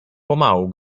pomału